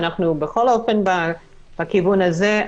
אנחנו בכל אופן בכיוון הזה,